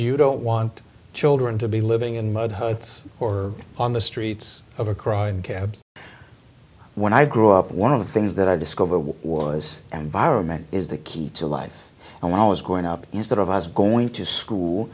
you don't want children to be living in mud huts or on the streets of a crime when i grew up one of the things that i discover what was an vironment is the key to life and when i was growing up instead of us going to school